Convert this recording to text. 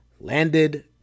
landed